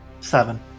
Seven